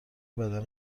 بدن